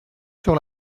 sur